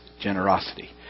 generosity